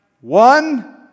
one